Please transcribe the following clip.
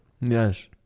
Yes